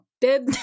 Dead